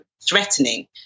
threatening